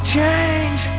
change